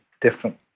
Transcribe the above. different